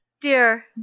dear